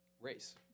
race